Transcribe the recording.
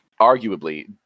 arguably